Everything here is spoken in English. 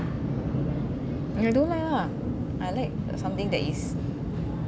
I don't like ah I like something that is